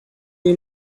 you